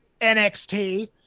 NXT